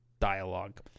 dialogue